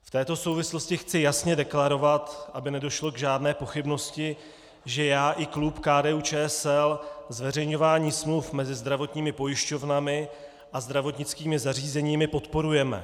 V této souvislosti chci jasně deklarovat, aby nedošlo k žádné pochybnosti, že já i klub KDUČSL zveřejňování smluv mezi zdravotními pojišťovnami a zdravotnickými zařízeními podporujeme.